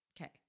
Okay